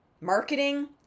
marketing